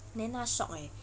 then na shock eh